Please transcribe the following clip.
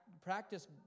practice